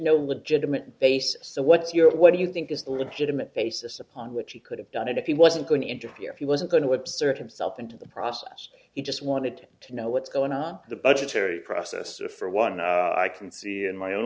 no legitimate basis so what's your what do you think is the legitimate basis upon which he could have done it if he wasn't going to interfere if he wasn't going to observe himself into the process he just wanted to know what's going on the budgetary process for one and i can see in my own